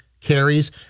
carries